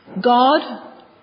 God